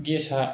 गेसआ